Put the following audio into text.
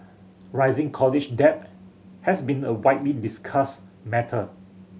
rising college debt has been a widely discussed matter